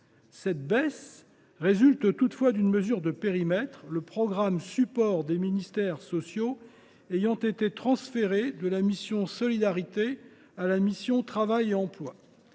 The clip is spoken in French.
Cette baisse résulte toutefois d’une mesure de périmètre, le programme support des ministères sociaux ayant été transféré de la mission « Solidarité, insertion et égalité